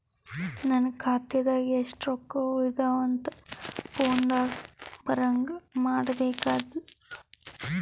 ನನ್ನ ಖಾತಾದಾಗ ಎಷ್ಟ ರೊಕ್ಕ ಉಳದಾವ ಅಂತ ಫೋನ ದಾಗ ಬರಂಗ ಮಾಡ ಬೇಕ್ರಾ?